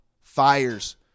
fires